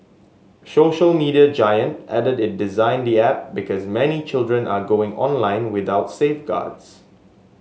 social media giant added it designed the app because many children are going online without safeguards